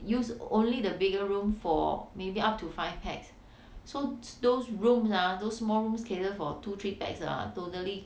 use only the bigger room for maybe up to five person so those rooms ah those small rooms cater for two three person ah totally